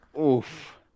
Oof